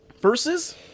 versus